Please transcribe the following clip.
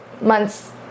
months